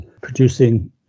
producing